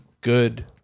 good